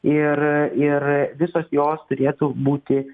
ir ir visos jos turėtų būti